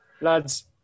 lads